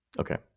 Okay